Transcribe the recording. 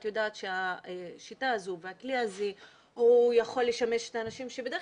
את יודעת שהשיטה הזו והכלי הזה יכול לשמש את האנשים שבדרך